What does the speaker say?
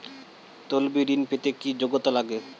তলবি ঋন পেতে কি যোগ্যতা লাগে?